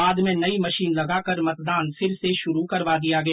बाद में नई मशीन लगाकर मतदान फिर से शुरू करवा दिया गया